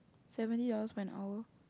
seventy dollars for an hour